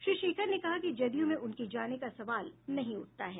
श्री शेखर ने कहा कि जदयू में उनके जाने का सवाल नहीं उठता है